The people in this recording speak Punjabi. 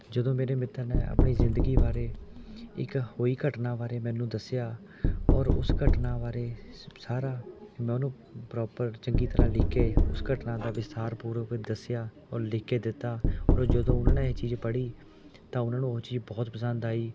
ਜਦੋਂ ਮੇਰੇ ਮਿੱਤਰ ਨੇ ਆਪਣੀ ਜ਼ਿੰਦਗੀ ਬਾਰੇ ਇੱਕ ਹੋਈ ਘਟਨਾ ਬਾਰੇ ਮੈਨੂੰ ਦੱਸਿਆ ਔਰ ਉਸ ਘਟਨਾ ਬਾਰੇ ਸ ਸਾਰਾ ਮੈਂ ਉਹਨੂੰ ਪਰੋਪਰ ਚੰਗੀ ਤਰ੍ਹਾਂ ਲਿਖ ਕੇ ਉਸ ਘਟਨਾ ਦਾ ਵਿਸਥਾਰ ਪੂਰਵਕ ਦੱਸਿਆ ਔਰ ਲਿਖ ਕੇ ਦਿੱਤਾ ਔਰ ਜਦੋਂ ਉਨ੍ਹਾਂ ਨੇ ਇਹ ਚੀਜ਼ ਪੜ੍ਹੀ ਤਾਂ ਉਹਨਾਂ ਨੂੰ ਉਹ ਚੀਜ਼ ਬਹੁਤ ਪਸੰਦ ਆਈ